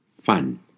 fun